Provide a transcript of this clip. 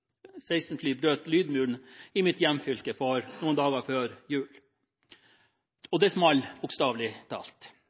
brøt lydmuren i mitt hjemfylke noen dager før jul. Og det smalt – bokstavelig talt.